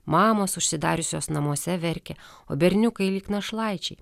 mamos užsidariusios namuose verkia o berniukai lyg našlaičiai